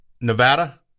Nevada